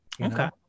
Okay